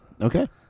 okay